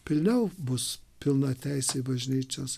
pilniau bus pilnateisiai bažnyčios